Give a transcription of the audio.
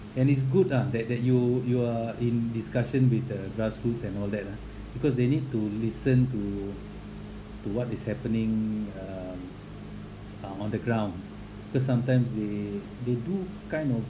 and it's good lah that that you you are in discussion with the grassroots and all that ah because they need to listen to to what is happening um uh on the ground because sometimes they they do kind of